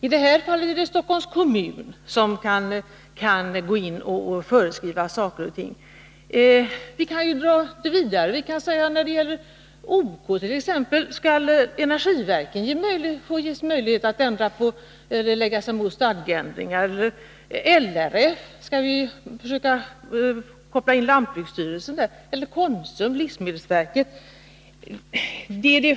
I detta fall är det Stockholms kommun som kan föreskriva saker och ting. Vi kan gå vidare: Skall energiverket kunna motsätta sig stadgeändringar för OK? Skall lantbruksstyrelsen kopplas in när det gäller LRF? Skall livsmedelsverket kopplas in när det gäller Konsums stadgar?